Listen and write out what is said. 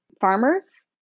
farmers